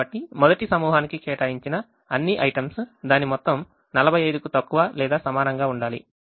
కాబట్టి మొదటి సమూహానికి కేటాయించిన అన్ని items దాని మొత్తం 45 కు తక్కువ లేదా సమానంగా ఉండాలి